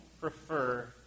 prefer